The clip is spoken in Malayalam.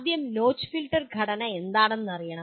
ആദ്യം നോച്ച് ഫിൽട്ടർ ഘടന എന്താണെന്ന് അറിയണം